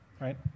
right